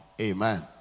Amen